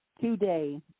today